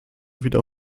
wieder